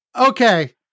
Okay